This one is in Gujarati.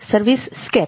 સર્વિસ સ્કેપ